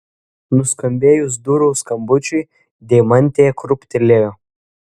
nuskambėjus durų skambučiui deimantė krūptelėjo